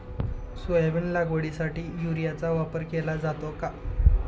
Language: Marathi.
सोयाबीन लागवडीसाठी युरियाचा वापर केला जातो का?